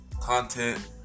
content